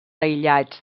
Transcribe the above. aïllats